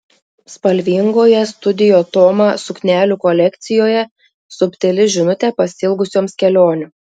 spalvingoje studio toma suknelių kolekcijoje subtili žinutė pasiilgusioms kelionių